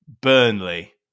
Burnley